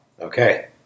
Okay